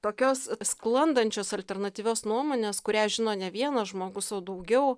tokios sklandančios alternatyvios nuomonės kurią žino ne vienas žmogus o daugiau